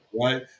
Right